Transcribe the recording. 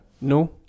No